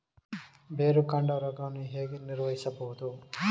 ಬೇರುಕಾಂಡ ರೋಗವನ್ನು ಹೇಗೆ ನಿರ್ವಹಿಸಬಹುದು?